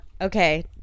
Okay